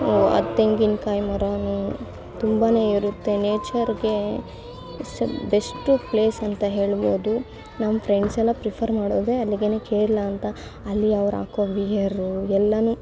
ಆ ತೆಂಗಿನ್ಕಾಯಿ ಮರವೂ ತುಂಬಾನೇ ಇರುತ್ತೆ ನೇಚರ್ಗೆ ಬೆಸ ಬೆಸ್ಟು ಪ್ಲೇಸ್ ಅಂತ ಹೇಳ್ಬೋದು ನಮ್ಮ ಫ್ರೆಂಡ್ಸೆಲ್ಲ ಪ್ರಿಫರ್ ಮಾಡೋದೆ ಅಲ್ಲಿಗೇನೇ ಕೇರಳ ಅಂತ ಅಲ್ಲಿ ಅವ್ರು ಹಾಕೋ ವಿಯರು ಎಲ್ಲವೂ